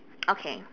okay